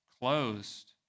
closed